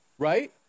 Right